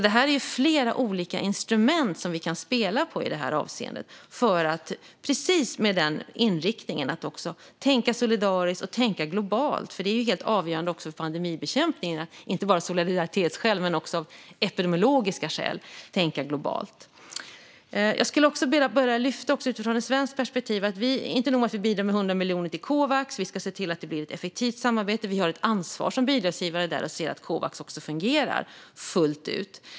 Det finns flera olika instrument som vi kan spela på i det här avseendet, precis med inriktningen att tänka solidariskt och globalt. Det är avgörande i pandemibekämpningen att tänka globalt, inte bara av solidaritetsskäl utan också av epidemiologiska skäl. Utifrån ett svenskt perspektiv vill jag också lyfta fram att det inte är nog med att vi bidrar med 100 miljoner till Covax. Vi ska även se till att det ska bli ett effektivt samarbete. Vi har där ett ansvar som bidragsgivare att se till att Covax fungerar fullt ut.